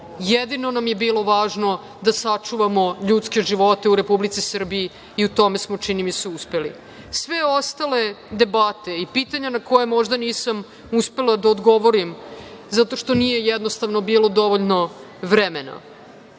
Jedino nam je bilo važno da sačuvamo ljudske živote u Republici Srbiji i u tome smo, čini mi se, uspeli. Sve ostale debate i pitanja na koja možda nisam uspela da odgovorim zato što nije jednostavno bilo dovoljno vremena,